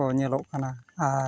ᱠᱚ ᱧᱮᱞᱚᱜ ᱠᱟᱱᱟ ᱟᱨ